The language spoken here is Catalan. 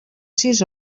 sis